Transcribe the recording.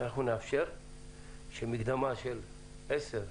שנאפשר שמקדמה של 10,000,